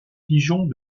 pigeons